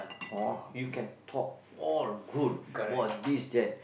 or you can talk all good all this that